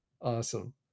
Awesome